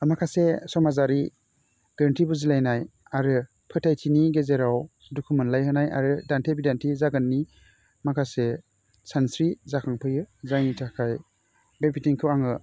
माखासे समाजारि गोरोन्थि बुजिलायनाय आरो फोथायथिनि गेजेराव दुखु मोनलायहोनाय आरो दान्थे बिदान्थे जागोननि माखासे सानस्रि जाखांफैयो जायनि थाखाय बे बिथिंखौ आङो